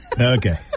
Okay